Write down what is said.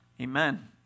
Amen